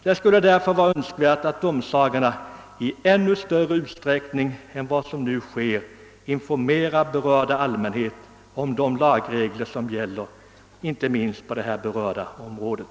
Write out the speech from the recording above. Det skulle därför vara Önskvärt att domsagorna i ännu större utsträckning än vad som nu sker informerar dem som berörs av de lagregler som gäller på det här aktuella området.